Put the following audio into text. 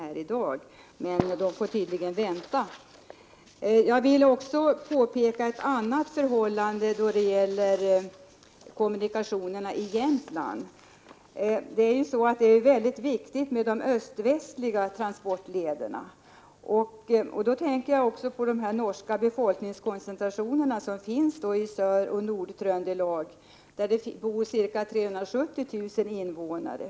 Men det får tydligen vänta. Jag vill även påpeka ett annat förhållande när det gäller kommunikationerna i Jämtland. De öst-västliga transportlederna är mycket viktiga. Jag tänker då också på de norska befolkningskoncentrationerna som finns i Söroch Nord-Tröndelag. Där bor ca 370 000 invånare.